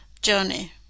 journey